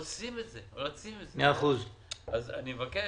אדוני היושב-ראש, נכון